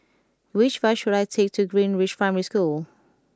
which bus should I take to Greenridge Primary School